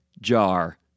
jar